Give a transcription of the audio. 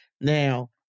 Now